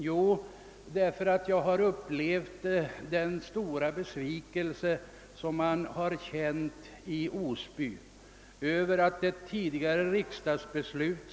Jo, jag har upplevt den stora besvikelse som folket i Osby känt över upphävandet av ett tidigare riksdagsbeslut.